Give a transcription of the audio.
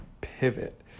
pivot